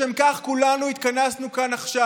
לשם כך כולנו התכנסנו כאן עכשיו.